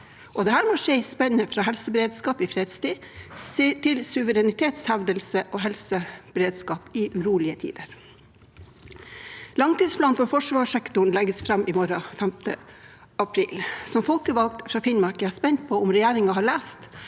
Dette må skje i spennet fra helseberedskap i fredstid til suverenitetshevdelse og helseberedskap i urolige tider. Langtidsplanen for forsvarssektoren legges fram i morgen, 5. april. Som folkevalgt fra Finnmark er jeg spent på om regjeringen har lest